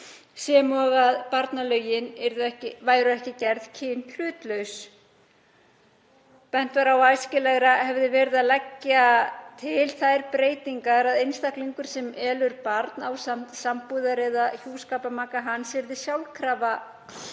sem og að barnalögin yrðu ekki gerð kynhlutlaus. Bent var á að æskilegra hefði verið að leggja til þær breytingar að einstaklingur sem elur barn ásamt sambúðar- eða hjúskaparmaka hans yrði sjálfkrafa